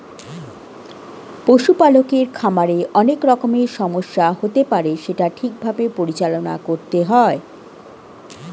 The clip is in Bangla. পশু পালকের খামারে অনেক রকমের সমস্যা হতে পারে সেটা ঠিক ভাবে পরিচালনা করতে হয়